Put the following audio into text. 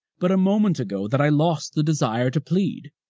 but a moment ago that i lost the desire to plead,